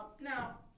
Now